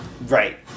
Right